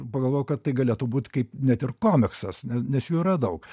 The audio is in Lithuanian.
pagalvojau kad tai galėtų būt kaip net ir komiksas nes jų yra daug